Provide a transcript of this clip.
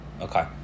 Okay